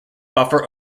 buffer